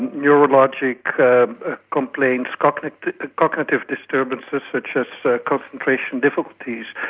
neurologic complaints, cognitive cognitive disturbances such as so concentration difficulties.